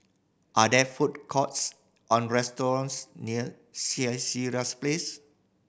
are there food courts or restaurants near Place